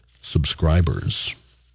subscribers